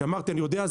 כי אמרתי אני יודע,